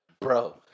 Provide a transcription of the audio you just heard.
Bro